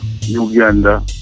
Uganda